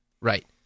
Right